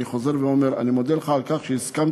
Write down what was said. אני חוזר ואומר: אני מודה לך על כך שהסכמת